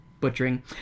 butchering